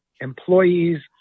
employees